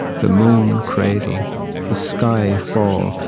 the moon cradle the sky fall,